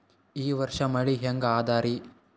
ಈ ವರ್ಷ ಮಳಿ ಹೆಂಗ ಅದಾರಿ?